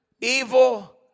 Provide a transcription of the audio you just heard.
evil